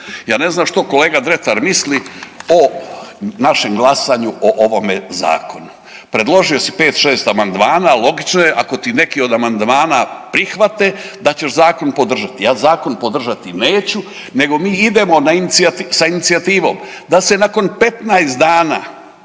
Ja ne znam što kolega Dretar misli o našem glasanju o ovome zakonu, predložio si 5, 6 amandmana, logično je ako ti neki od amandmana prihvate da ćeš zakon podržati. Ja zakon podržati neću nego mi idemo sa inicijativom da se nakon 15 dana